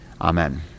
Amen